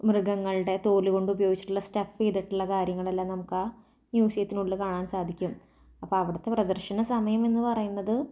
മൃഗങ്ങളുടെ തോലുകൊണ്ടുപയോഗിച്ചിട്ടുള്ള സ്റ്റഫ് ചെയ്തിട്ടുള്ള കാര്യങ്ങളെല്ലാം നമുക്കാ മ്യൂസിയത്തിനുള്ളില് കാണാൻ സാധിക്കും അപ്പം അവിടുത്തെ പ്രദർശന സമയമെന്ന് പറയുന്നത്